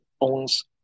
owns